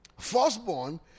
Firstborn